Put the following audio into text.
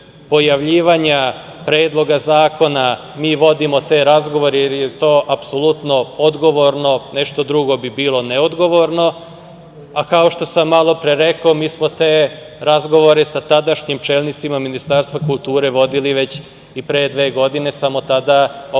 od pojavljivanja Predloga zakona mi vodimo te razgovore jer je to apsolutno odgovorno, nešto drugo bi bilo neodgovorno. Kao što sam malopre rekao mi smo te razgovore sa tadašnjim čelnicima Ministarstva kulture vodili već i pre dve godine, samo tada ovaj